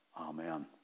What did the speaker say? Amen